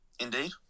Indeed